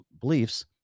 beliefs